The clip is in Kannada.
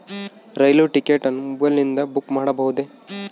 ರೈಲು ಟಿಕೆಟ್ ಅನ್ನು ಮೊಬೈಲಿಂದ ಬುಕ್ ಮಾಡಬಹುದೆ?